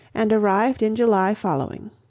and arrived in july following.